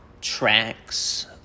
tracks